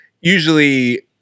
usually